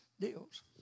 Deals